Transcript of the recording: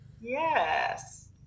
Yes